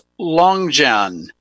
Longjan